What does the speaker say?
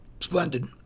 Splendid